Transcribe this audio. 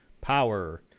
power